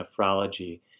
Nephrology